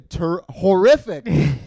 horrific